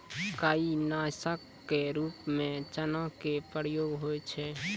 काई नासक क रूप म चूना के प्रयोग होय छै